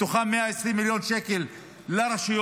מתוכם 120 מיליון שקל לרשויות,